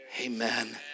amen